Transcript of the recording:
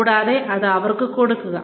കൂടാതെ അത് അവർക്ക് കൊടുക്കുക